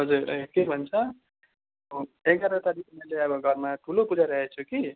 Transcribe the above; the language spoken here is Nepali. हजुर ए के भन्छ हो एघार तारिक मैले अब घरमा ठुलो पूजा राखेको छु कि